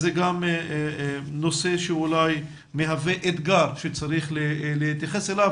זה גם נושא שאולי מהווה אתגר שצריך להתייחס אליו,